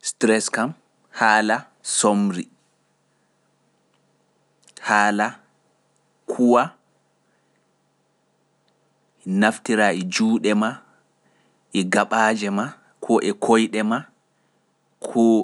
Stress kam haala somri, haala kuwaa, naftiraa e juuɗe maa e gaɓaaje maa koo e koyɗe maa koo